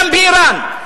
גם באירן,